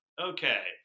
Okay